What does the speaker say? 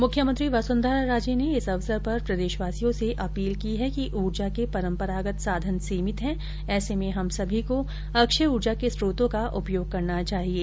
मुख्यमंत्री वसुन्धरा राजे ने इस अवसर पर प्रदेशवासियों से अपील की है कि ऊर्जा के परम्परागत साधन सीमित हैं ऐसे में हम सभी को अक्षय ऊर्जा के स्त्रोतों का उपयोग करना चाहिये